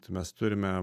tai mes turime